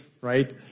right